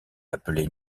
appelé